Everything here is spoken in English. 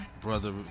brother